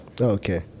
okay